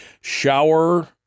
Shower